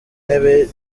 ntebe